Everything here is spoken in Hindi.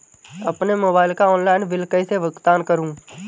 अपने मोबाइल का ऑनलाइन बिल कैसे भुगतान करूं?